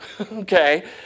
okay